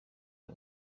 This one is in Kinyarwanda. aba